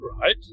Right